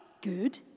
good